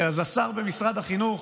אז השר במשרד החינוך,